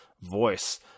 voice